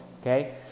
okay